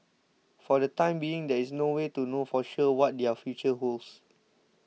for the time being there is no way to know for sure what their future holds